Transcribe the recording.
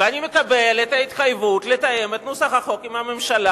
ואני מקבל את ההתחייבות לתאם את נוסח החוק עם הממשלה,